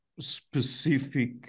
specific